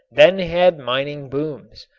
then had mining booms,